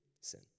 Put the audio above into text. sin